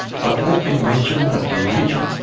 but let me mention that the major,